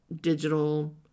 digital